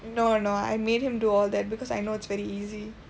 no no I made him do all that because I know it's very easy